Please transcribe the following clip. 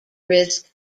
risk